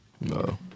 No